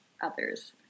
others